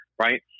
right